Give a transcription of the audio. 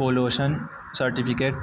pollution certificate